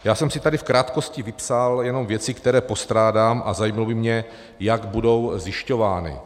Já jsem si tady v krátkosti vypsal jenom věci, které postrádám, a zajímalo by mě, jak budou zjišťovány.